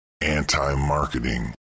anti-marketing